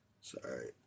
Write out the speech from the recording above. Sorry